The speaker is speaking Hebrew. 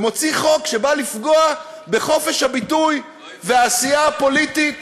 ומוציא חוק שבא לפגוע בחופש הביטוי והעשייה הפוליטית.